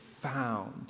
found